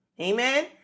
Amen